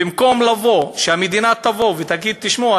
במקום שהמדינה תבוא ותגיד: תשמעו,